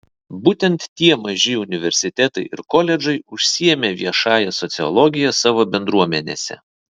būtent tie maži universitetai ir koledžai užsiėmė viešąja sociologija savo bendruomenėse